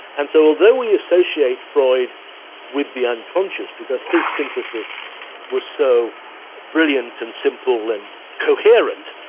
and so although we associate freud with the unconscious, because his synthesis was so brilliant and simple and coherent,